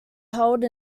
held